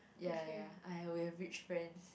ya ya ya I we have rich friends